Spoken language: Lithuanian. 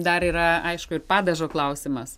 dar yra aišku ir padažo klausimas